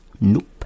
Nope